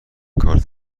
کارت